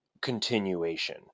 Continuation